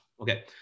Okay